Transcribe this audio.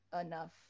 enough